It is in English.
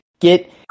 Get